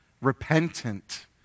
repentant